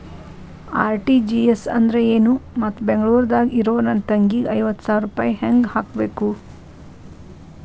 RTGS ಅಂದ್ರ ಏನು ಮತ್ತ ಬೆಂಗಳೂರದಾಗ್ ಇರೋ ನನ್ನ ತಂಗಿಗೆ ಐವತ್ತು ಸಾವಿರ ರೂಪಾಯಿ ಹೆಂಗ್ ಹಾಕಬೇಕು?